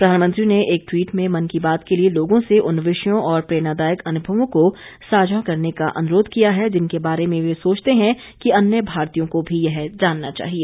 प्रधानमंत्री ने एक ट्वीट में मन की बात के लिए लोगों से उन विषयों और प्रेरणादायक अनुभवों को साझा करने का अनुरोध किया है जिनके बारे में वे सोचते हैं कि अन्य भारतीयों को भी यह जानना चाहिए